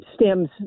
stems